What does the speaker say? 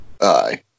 Aye